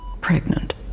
pregnant